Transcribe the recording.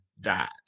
died